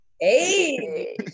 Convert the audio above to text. Hey